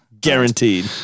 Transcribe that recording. Guaranteed